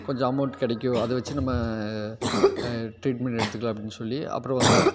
கொஞ்சம் அமௌண்ட்டு கிடைக்கும் அதை வச்சு நம்ம ட்ரீட்மெண்ட் எடுத்துக்கலாம் அப்படின் சொல்லி அப்புறம் வந்தால்